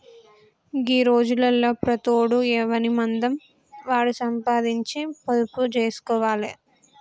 గీ రోజులల్ల ప్రతోడు ఎవనిమందం వాడు సంపాదించి పొదుపు జేస్కోవాలె